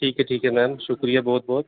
ठीक ऐ ठीक ऐ मैम शुक्रिया बहुत बहुत